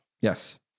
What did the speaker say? Yes